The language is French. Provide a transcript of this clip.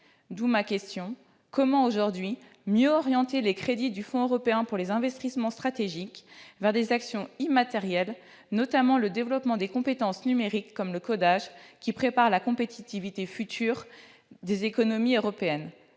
plus recherchés. Comment aujourd'hui mieux orienter les crédits du Fonds européen pour les investissements stratégiques vers des actions immatérielles, notamment le développement des compétences numériques comme le codage, qui préparent la compétitivité future des économies européennes ?